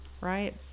right